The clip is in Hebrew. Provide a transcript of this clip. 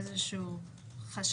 " אגב,